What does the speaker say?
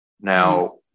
now